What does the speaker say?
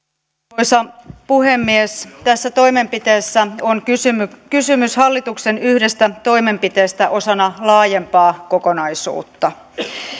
arvoisa puhemies tässä toimenpiteessä on kysymys kysymys hallituksen yhdestä toimenpiteestä osana laajempaa kokonaisuutta